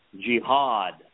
jihad